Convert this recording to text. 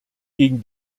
gegen